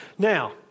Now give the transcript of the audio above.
Now